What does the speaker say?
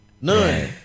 None